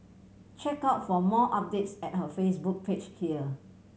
check out for more updates at her Facebook page here